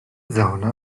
zona